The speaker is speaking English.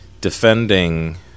defending